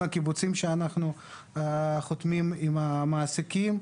הקיבוציים עליהם אנחנו חותמים עם המעסיקים.